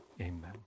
amen